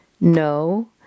no